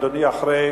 אדוני היושב-ראש,